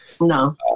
No